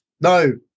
No